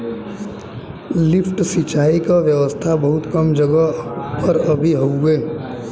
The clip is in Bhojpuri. लिफ्ट सिंचाई क व्यवस्था बहुत कम जगह पर अभी हउवे